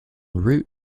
route